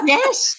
Yes